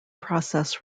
process